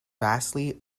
vastly